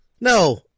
No